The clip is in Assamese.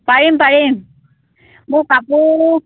পাৰিম পাৰিম মোৰ কাপোৰ